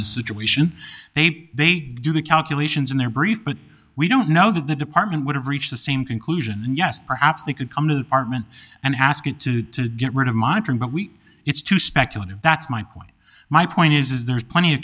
the situation they put they do the calculations in their brief but we don't know that the department would have reached the same conclusion and yes perhaps they could come to the partment and ask it to get rid of monitoring but we it's too speculative that's my point my point is there is plenty of